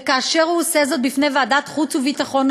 וכאשר הוא עושה זאת בפני ועדת החוץ והביטחון,